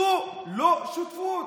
זו לא שותפות,